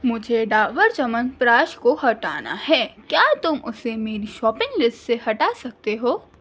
مجھے ڈابر چمن پراش کو ہٹانا ہے کیا تم اسے میری شاپنگ لسٹ سے ہٹا سکتے ہو